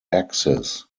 axis